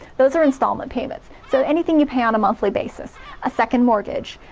those are installment payments. so anything you pay on a monthly basis a second mortgage,